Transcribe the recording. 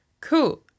cool